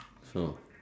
snow